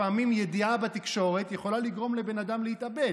לפעמים ידיעה בתקשורת יכולה לגרום לבן אדם להתאבד.